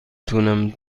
تونم